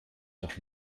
doch